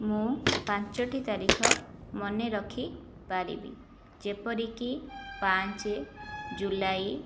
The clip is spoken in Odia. ମୁଁ ପାଞ୍ଚଟି ତାରିଖ ମନେ ରଖିପାରିବି ଯେପରିକି ପାଞ୍ଚ ଜୁଲାଇ